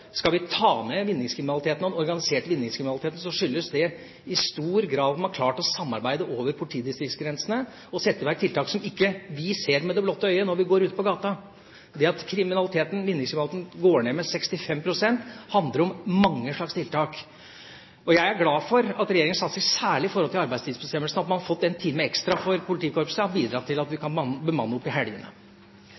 vinningskriminaliteten har gått ned, skyldes det i stor grad at man har klart å samarbeide over politidistriktsgrensene og sette i verk tiltak som vi ikke ser med det blotte øye når vi går ute på gata. Det at vinningskriminaliteten går ned med 65 pst., handler om mange slags tiltak. Jeg er glad for at regjeringas satsing, særlig når det gjelder arbeidstidsbestemmelsene – at man har fått en time ekstra for politikorpset – har bidratt til at vi